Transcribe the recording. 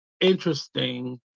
Interesting